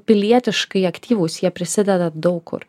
pilietiškai aktyvūs jie prisideda daug kur